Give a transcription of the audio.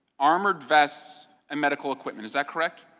armored fests and medical equipment, is that correct?